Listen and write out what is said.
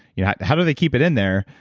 you know how do they keep it in there,